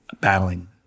battling